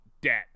debt